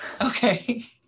Okay